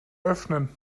öffnen